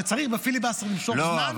כשצריך בפיליבסטר למשוך זמן,